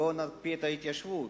בואו נקפיא את ההתיישבות.